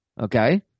Okay